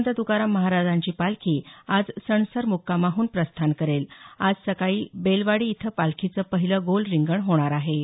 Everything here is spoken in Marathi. संत तुकाराम महाराजांची पालखी आज सणसर मुक्कामाहून प्रस्थान करेल आज सकाळी बेलवडी इथं पालखीचं पहिलं गोल रिंगण होणार आहे